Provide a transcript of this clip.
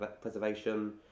preservation